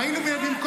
היה נעים בצרפתית.